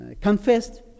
confessed